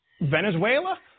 Venezuela